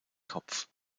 kopf